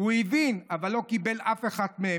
"הוא הבין אבל לא קיבל אף אחת מהן.